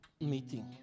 meeting